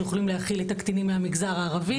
שיכולים להכיל את הקטינים מהמגזר הערבי.